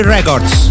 Records